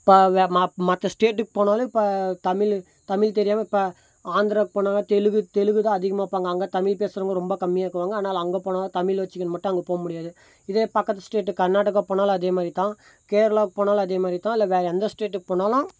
இப்போ வ மாப் மற்ற ஸ்டேட்டுக்கு போனாலே இப்போ தமிழ் தமிழ் தெரியாமல் இப்போ ஆந்திராவுக்கு போனாலும் தெலுங்கு தெலுங்கு தான் அதிகமாக இருப்பாங்க அங்கே தமிழ் பேசுகிறவங்க ரொம்ப கம்மியாக இருக்குவாங்க அதனால் அங்கே போனால் தமிழ் வெச்சுக்கின்னு மட்டும் அங்கே போக முடியாது இதே பக்கத்து ஸ்டேட்டு கர்நாடகா போனாலும் அதே மாதிரி தான் கேரளாவுக்கு போனாலும் அதே மாதிரி தான் இல்லை வேறு எந்த ஸ்டேட்டுக்கு போனாலும்